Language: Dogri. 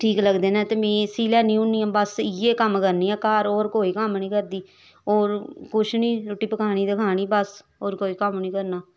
ठीक लगदे नै ते मीं सीऽ लैन्नी होन्नी आं बस इयै कम्म करनी आं घर होर कोई कम्म नी करदी होर कुछ नी रुट्टी पकानी ते खानी बस होर कोई कम्म नी करना